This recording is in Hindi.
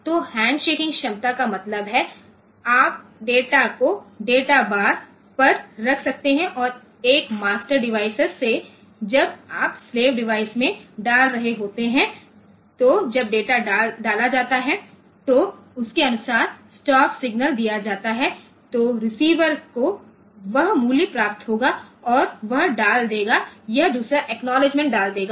तो हैंडशेकिंग क्षमता का मतलब है आप डेटा को डेटा बार पर रख सकते हैं और एक मास्टर डिवाइस से जब आप स्लेव डिवाइस में डाल रहे होते हैं तो जब डेटा डाला जाता है तो उसके अनुसार स्टॉप सिग्नलदिया जाता है तो रिसीवर को वह मूल्य प्राप्त होगा और वह डाल देगा यह दूसरा अखनोव्लेद्गेमेन्ट डाल देगा